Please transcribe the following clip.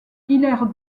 hilaire